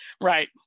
Right